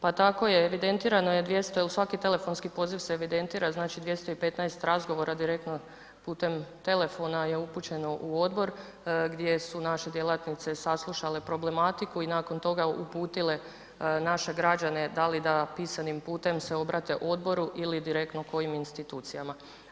Pa tako je, evidentirano je 200 jel svaki telefonski poziv se evidentira, znači 215 razgovora putem telefona je upućeno u odbor gdje su naše djelatnice saslušale problematiku i nakon toga uputile naše građane da li da pisanim putem se obrate odboru ili direktno kojim institucijama.